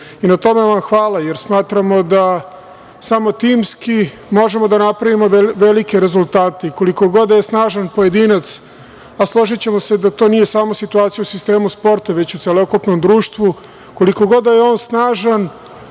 tome vam hvala, jer smatramo da samo timski možemo da napravimo velike rezultate. Koliko god da je snažan pojedinac, a složićemo se da to nije samo situacija u sistemu sporta, već u celokupnom društvu, koliko god da je on snažan,